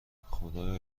خدایا